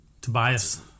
Tobias